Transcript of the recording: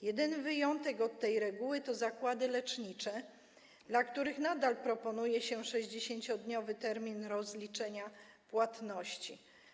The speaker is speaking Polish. Jedyny wyjątek od tej reguły to zakłady lecznicze, dla których nadal proponuje się 60-dniowy termin rozliczenia płatności.